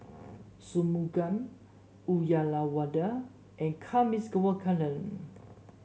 Shunmugam Uyyalawada and Kasiviswanathan